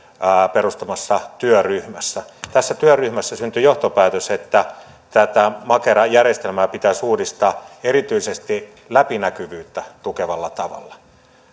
perustamassa työryhmässä tässä työryhmässä syntyi johtopäätös että tätä makera järjestelmää pitäisi uudistaa erityisesti läpinäkyvyyttä tukevalla tavalla